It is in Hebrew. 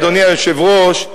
אדוני היושב-ראש,